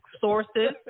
sources